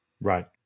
Right